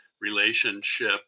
relationship